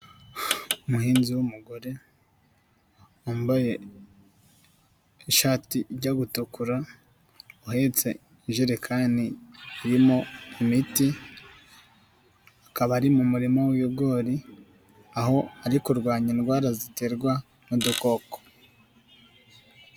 Umuhinzi w'umugore wambaye ishati ijya gutukura, uhetse ijerekani irimo imiti, akaba ari mu murima w'ibigori, aho ari kurwanya indwara ziterwa n'udukoko.